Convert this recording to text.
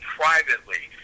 privately